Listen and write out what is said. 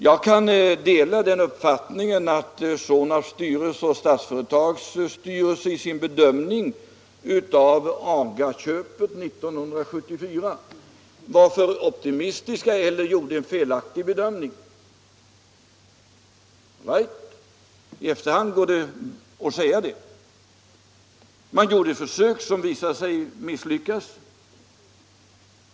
Jag kan dela den uppfattningen att Sonabs styrelse och Statsföretags styrelse i sin bedömning av AGA-köpet 1974 var för optimistiska eller möjligen gjorde en felaktig bedömning.